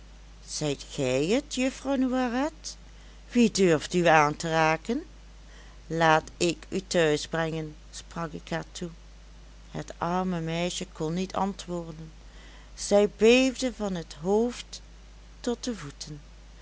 zijt gij het juffrouw noiret wie durft u aanraken laat ik u thuis brengen sprak ik haar toe het arme meisje kon niet antwoorden zij beefde van het hoofd tot de voeten